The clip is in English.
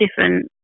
different